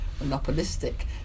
monopolistic